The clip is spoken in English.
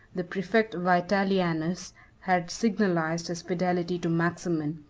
the praefect vitalianus had signalized his fidelity to maximin,